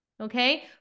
Okay